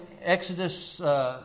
Exodus